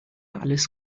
alles